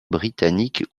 britanniques